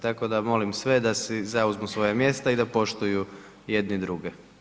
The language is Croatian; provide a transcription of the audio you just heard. Tako da molim sve da si zauzmu svoja mjesta i da poštuju jedni druge.